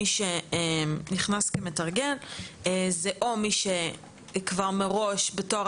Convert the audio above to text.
מי שנכנס כמתרגל זה או מי שכבר מראש בתואר